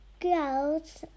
girls